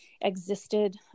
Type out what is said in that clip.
existed